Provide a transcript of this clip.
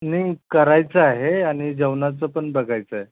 नाही करायचं आहे आणि जेवणाचं पण बघायचं आहे